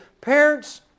Parents